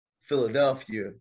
Philadelphia